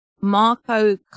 Marco